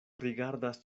rigardas